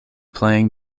playing